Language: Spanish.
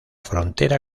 frontera